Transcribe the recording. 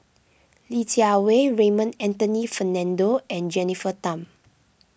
Li Jiawei Raymond Anthony Fernando and Jennifer Tham